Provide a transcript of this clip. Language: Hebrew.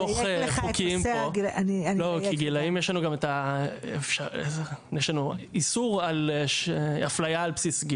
ככל שאנחנו מדייקים את זה למשהו שאפשר לספור אותו,